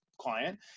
client